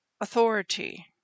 authority